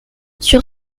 sur